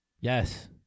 yes